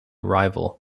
rival